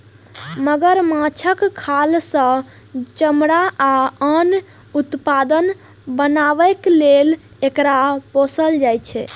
मगरमच्छक खाल सं चमड़ा आ आन उत्पाद बनाबै लेल एकरा पोसल जाइ छै